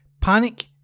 Panic